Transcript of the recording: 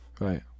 Right